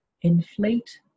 Inflate